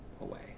away